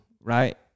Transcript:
right